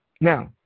Now